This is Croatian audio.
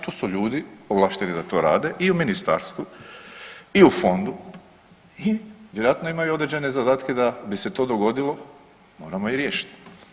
To su ljudi ovlašteni da to rada i u ministarstvu i u fondu i vjerojatno imaju određene zadatke da bi se to dogodilo moramo i riješiti.